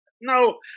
No